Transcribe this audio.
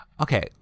Okay